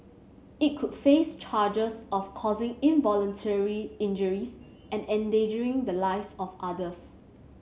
it could face charges of causing involuntary injuries and endangering the lives of others